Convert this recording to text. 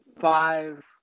five